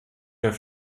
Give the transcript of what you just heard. der